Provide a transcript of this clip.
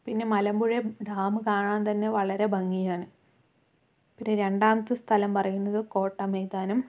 പിന്നെ മലമ്പുഴ ഡാം കാണാൻ തന്നെ വളരെ ഭംഗിയാണ് ഒരു രണ്ടാമത്തെ സ്ഥലം പറയുന്നത് കോട്ടമൈതാനം